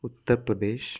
Uttar Pradesh